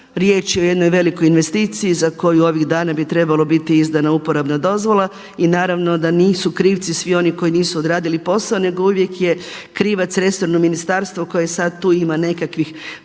Riječ je o jednoj investiciji za koju bi ovih dana trebalo biti izdana uporabna dozvola i naravno da nisu krivci svi oni koji nisu odradili posao nego uvijek je krivac resorno ministarstvo koje sada tu ima nekakvih problema